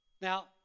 Now